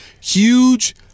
huge